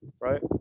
right